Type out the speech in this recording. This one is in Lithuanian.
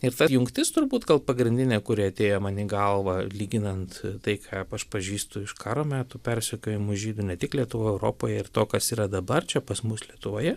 ir ta jungtis turbūt gal pagrindinė kuri atėjo man į galvą lyginant tai ką aš pažįstu iš karo metų persekiojamų žydų ne tik lietuvoj europoje ir to kas yra dabar čia pas mus lietuvoje